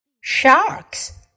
SHARKS